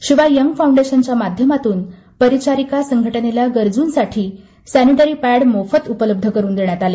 शिवाय यंग फाउंडेशनच्या माध्यमातून परिचारिका संघटनेला गरजूंसाठी सॅनिटरी पॅंड मोफत उपलब्ध करून देण्यातआले